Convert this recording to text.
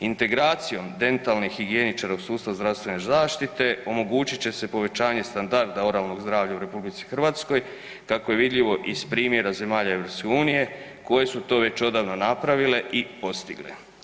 Integracijom dentalnih higijeničara u sustavu zdravstvene zaštite omogućit će se povećanje standarda oralnog zdravlja u RH kako je vidljivo iz primjera zemalja EU koje su to već odavno napravile i postigle.